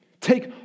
Take